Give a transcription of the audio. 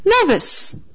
nervous